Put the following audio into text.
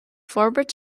forbairt